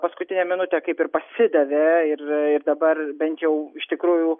paskutinę minutę kaip ir pasidavė ir ir dabar bent jau iš tikrųjų